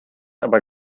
aber